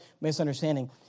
misunderstanding